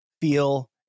feel